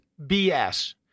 BS